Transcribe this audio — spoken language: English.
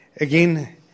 Again